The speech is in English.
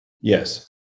yes